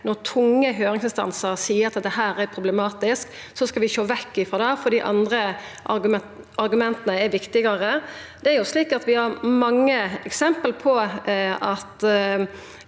når tunge høyringsinstansar seier at dette er problematisk, skal vi ikkje sjå vekk frå det fordi andre argument er viktigare. Vi har mange eksempel på at